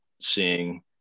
seeing